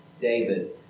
David